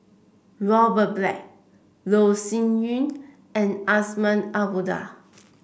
Robert Black Loh Sin Yun and Azman Abdullah